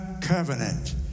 covenant